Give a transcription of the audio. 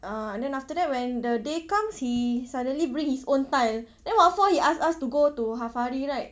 uh and then after that when the day comes he suddenly bring his own tile then what for he ask us to go to hafari right